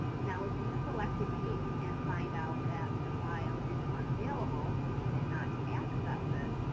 now, if you select a case and find out that the file is unavailable, if you cannot access it,